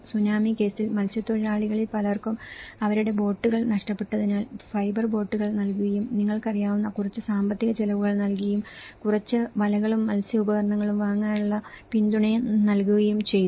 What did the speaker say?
tsunami കേസിൽ മത്സ്യത്തൊഴിലാളികളിൽ പലർക്കും അവരുടെ ബോട്ടുകൾ നഷ്ടപ്പെട്ടതിനാൽ ഫൈബർ ബോട്ടുകൾ നൽകുകയും നിങ്ങൾക്കറിയാവുന്ന കുറച്ച് സാമ്പത്തിക ചെലവുകൾ നൽകുകയും കുറച്ച് വലകളും മത്സ്യ ഉപകരണങ്ങളും വാങ്ങാനുള്ള പിന്തുണയും നൽകുകയും ചെയ്തു